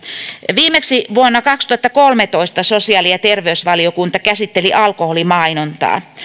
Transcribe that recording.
viimeksi vuonna kaksituhattakolmetoista sosiaali ja terveysvaliokunta käsitteli alkoholimainontaa